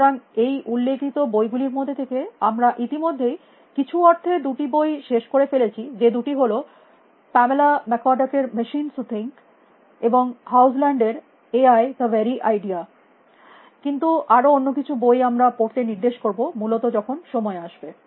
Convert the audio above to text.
সুতরাং এই উল্লেখিত বই গুলির মধ্যে থেকে আমরা ইতিমধ্যেই কিছু অর্থে দুটি বই শেষ করে ফেলেছি যে দুটি হল পামেলা ম্যাককরডাক এর মেশিনস হু থিঙ্ক এবং হগেল্যান্ড এর AI the very idea artificial intelligence is the very idea কিন্তু আরো অন্য কিছু বই আমরা পড়তে নির্দেশ করব মূলত যখন সময় আসবে